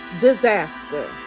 disaster